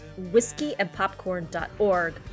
whiskeyandpopcorn.org